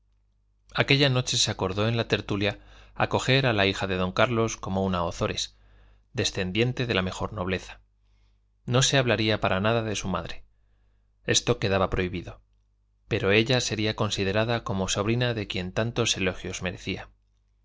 aquella noche se acordó en la tertulia acoger a la hija de don carlos como una ozores descendiente de la mejor nobleza no se hablaría para nada de su madre esto quedaba prohibido pero ella sería considerada como sobrina de quien tantos elogios merecía